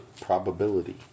probability